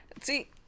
See